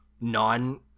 non